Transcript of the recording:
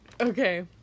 Okay